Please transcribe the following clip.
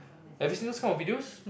have you seen those kind of videos